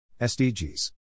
SDGs